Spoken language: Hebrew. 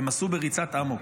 הם עשו בריצת אמוק.